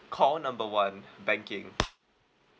call number one banking